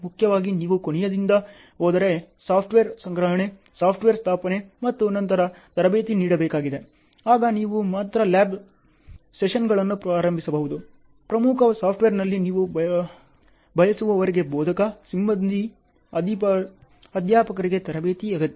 ಮುಖ್ಯವಾಗಿ ನೀವು ಕೊನೆಯದರಿಂದ ಹೋದರೆ ಸಾಫ್ಟ್ವೇರ್ ಸಂಗ್ರಹಣೆ ಸಾಫ್ಟ್ವೇರ್ ಸ್ಥಾಪನೆ ಮತ್ತು ನಂತರ ತರಬೇತಿ ನೀಡಬೇಕಾಗಿದೆ ಆಗ ನೀವು ಮಾತ್ರ ಲ್ಯಾಬ್ ಸೆಷನ್ಗಳನ್ನು ಪ್ರಾರಂಭಿಸಬಹುದು ಪ್ರಮುಖ ಸಾಫ್ಟ್ವೇರ್ನಲ್ಲಿ ನೀವು ಬಯಸುವವರಿಗೆ ಬೋಧಕ ಸಿಬ್ಬಂದಿ ಅಧ್ಯಾಪಕರಿಗೆ ತರಬೇತಿ ಅಗತ್ಯ